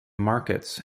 markets